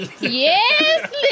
Yes